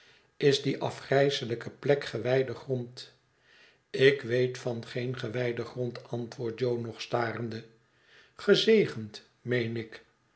is die afgrijselijke plek gewijde grond ik weet van geen gewijden grond antwoordt jo nog starende gezegend meen ik